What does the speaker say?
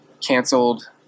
canceled